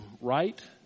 right